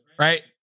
Right